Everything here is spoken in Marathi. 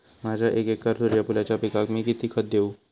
माझ्या एक एकर सूर्यफुलाच्या पिकाक मी किती खत देवू?